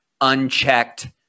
unchecked